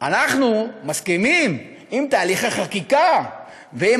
אנחנו מסכימים עם תהליכי חקיקה ועם